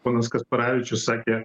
ponas kasparavičius sakė